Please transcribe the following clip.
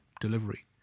delivery